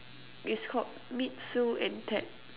it's called meet Sue and Ted